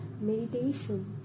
meditation